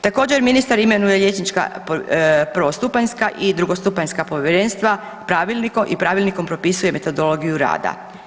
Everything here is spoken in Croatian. Također ministar imenuje liječnička prvostupanjska i drugostupanjska povjerenja Pravilnikom i pravilnikom propisuje metodologiju rada.